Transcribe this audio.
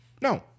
No